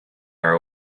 our